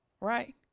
right